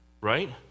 Right